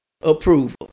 approval